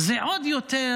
זה עוד יותר